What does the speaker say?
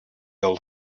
old